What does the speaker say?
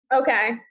Okay